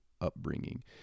upbringing